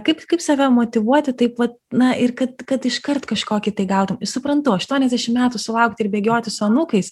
kaip kaip save motyvuoti taip vat na ir kad kad iškart kažkokį tai gautum ir suprantu aštuoniasdešim metų sulaukti ir bėgioti su anūkais